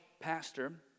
pastor